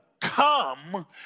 come